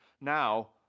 now